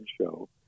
show